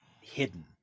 hidden